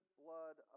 blood